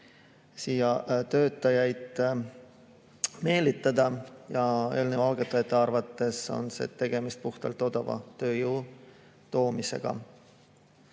siia töötajaid meelitada, ja eelnõu algatajate arvates on tegemist puhtalt odava tööjõu siia toomisega.